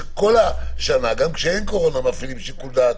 שבכל השנה מפעילים שיקול דעת,